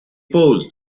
paused